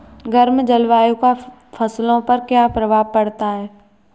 गर्म जलवायु का फसलों पर क्या प्रभाव पड़ता है?